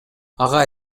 ага